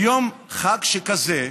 ליום חג שכזה.